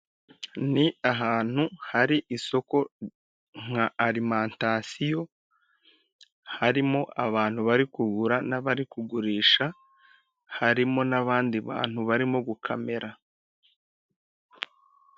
Ni ahantu hari isoko nka arimantasiyo, harimo abantu bari kugura n'abari kugurisha, harimo n'abandi bantu barimo gukamera.